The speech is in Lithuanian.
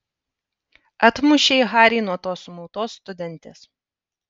atmušei harį nuo tos sumautos studentės